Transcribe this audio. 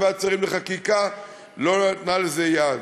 ועדת השרים לחקיקה לא נתנה לזה יד.